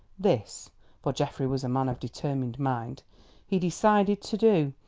this for geoffrey was a man of determined mind he decided to do,